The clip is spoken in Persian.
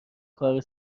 کار